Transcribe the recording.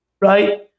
right